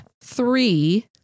three